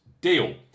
deal